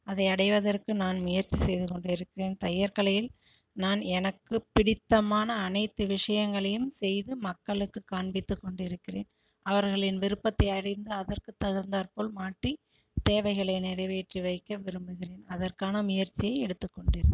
அதை அடைவதற்கு நான் முயற்சி செய்து கொண்டுருக்கிறேன் தையர் கலையில் நான் எனக்கு பிடித்தமான அனைத்து விஷயங்களையும் செய்து மக்களுக்கு காண்பித்து கொண்டுருக்கிறேன் அவர்களின் விருப்பத்தை அறிந்து அதற்கு தகுந்தாற்போல் மாற்றி தேவைகளை நிறைவேற்றி வைக்க விரும்புகிறேன் அதற்கான முயற்சி எடுத்துக் கொண்டுருக்கிறேன்